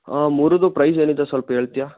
ಹಾಂ ಮೂರದ್ದು ಪ್ರೈಜ್ ಏನಿದೆ ಸ್ವಲ್ಪ ಹೇಳ್ತ್ಯಾ